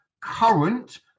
current